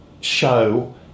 show